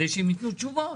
כדי שהם ייתנו תשובות.